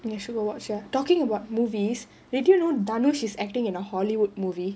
ya should go watch ah talking about movies did you know dhanush is acting in a hollywood movie